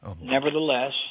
Nevertheless